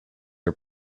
are